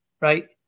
right